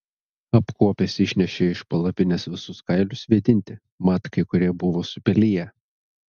apkuopęs išnešė iš palapinės visus kailius vėdinti mat kai kurie buvo supeliję